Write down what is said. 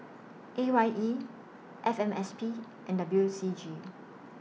A Y E F M S P and W C G